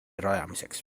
rajamiseks